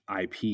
IP